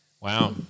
wow